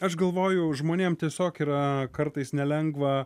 aš galvojau žmonėm tiesiog yra kartais nelengva